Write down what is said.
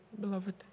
beloved